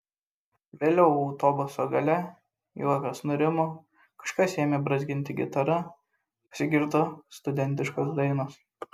vėliau autobuso gale juokas nurimo kažkas ėmė brązginti gitara pasigirdo studentiškos dainos